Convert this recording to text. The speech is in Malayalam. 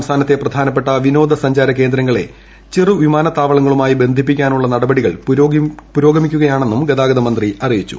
സംസ്ഥാനത്തെ പ്രധാനപ്പെട്ട വിനോദ സഞ്ചാര കേന്ദ്രങ്ങളെ ചെറു വിമാനത്താവളങ്ങ ളുമായി ബന്ധിപ്പിക്കുന്നതിനുള്ള നടപടികൾ പുരോഗമിക്കുകയാ ണെന്നും ഗതാഗത മന്ത്രി അറിയിച്ചു